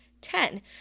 Ten